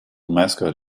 mascot